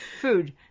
food